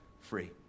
free